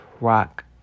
Rock